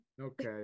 Okay